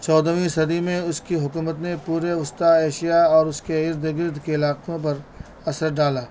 چودہویں صدی میں اس کی حکومت نے پورے وسطی ایشیا اور اس کے ارد گرد کے علاقوں پر اثر ڈالا